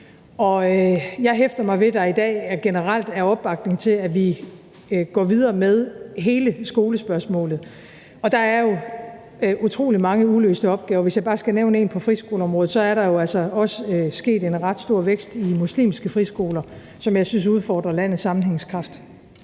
Jeg hæfter mig ved, at der i dag generelt er opbakning til, at vi går videre med hele skolespørgsmålet, og der er jo utrolig mange uløste opgaver. Hvis jeg bare skal nævne en på friskoleområdet, vil jeg nævne, at der jo altså er sket en ret stor vækst i muslimske friskoler, som jeg synes udfordrer landets sammenhængskraft.